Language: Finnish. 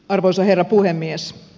arvoisa herra puhemies